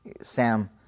Sam